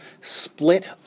split